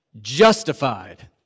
justified